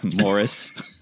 Morris